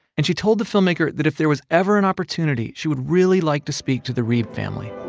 and she told the filmmaker that if there was ever an opportunity, she would really like to speak to the reeb family